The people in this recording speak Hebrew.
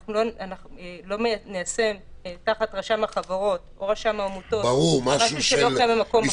אנחנו לא ניישם תחת רשם החברות או רשם העמותות משהו שלא קיים במקום אחר.